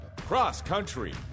Cross-country